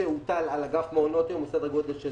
שהוטל על אגף מעונות יום הוא סדר גודל של